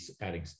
adding